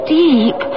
deep